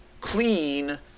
clean